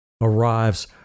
arrives